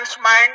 mind